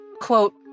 quote